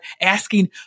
asking